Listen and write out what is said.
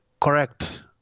Correct